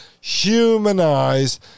humanize